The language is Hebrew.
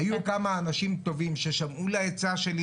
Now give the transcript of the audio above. היו כמה אנשים טובים ששמעו לעצה שלי